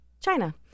China